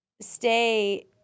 stay